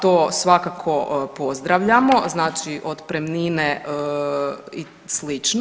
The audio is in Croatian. To svakako pozdravljamo, znači otpremnine i slično.